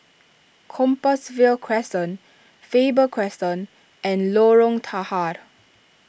Compassvale Crescent Faber Crescent and Lorong Tahar